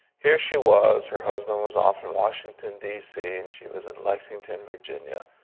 her she was, her husband was off in washington, d c. and she was in lexington, virginia,